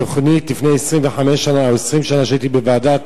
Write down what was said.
בתוכנית לפני 25 שנה או 20 שנה, כשהייתי בוועדת